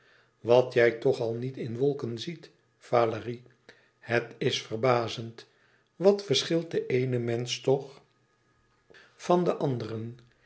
wat jij toch al niet in wolken ziet valérie het is verbazend wat verschilt de eene mensch toch van den anderen